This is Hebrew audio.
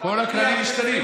כל הכללים משתנים.